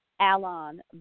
alon